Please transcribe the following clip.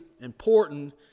important